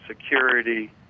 security